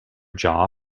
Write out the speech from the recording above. jaw